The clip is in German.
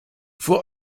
vor